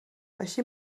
així